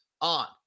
on